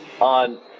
on